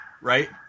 Right